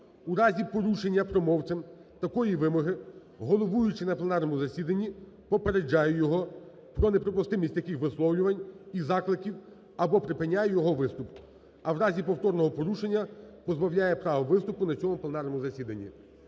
У разі порушення промовцем такої вимоги, головуючий на пленарному засіданні попереджає його про неприпустимість таких висловлювань і закликав або припиняє його виступ, а в разі повторного порушення - позбавляє права виступу на цьому пленарному засіданні.